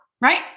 right